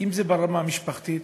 אם זה ברמה המשפחתית,